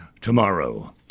tomorrow